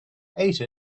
ate